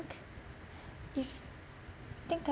if I think um